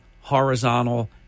horizontal